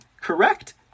Correct